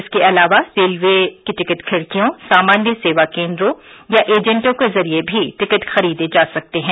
इसके अलावा रेलवे की टिकट खिड़कियों सामान्य सेवा केन्द्रों या एजेंटो के जरिये भी टिकट खरीदे जा सकते हैं